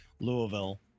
louisville